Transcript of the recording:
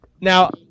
Now